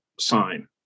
sign